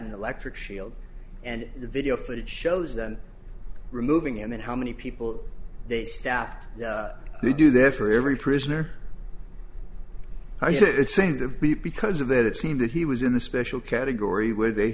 an electric shield and the video footage shows that removing him and how many people they stopped to do that for every prisoner it seemed to be because of that it seemed that he was in a special category where they